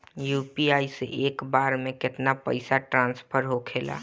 UPI से एक बार मे केतना पैसा ट्रस्फर होखे ला?